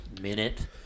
minute